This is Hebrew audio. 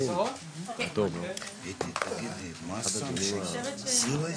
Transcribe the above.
הישיבה ננעלה בשעה